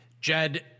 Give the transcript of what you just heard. Jed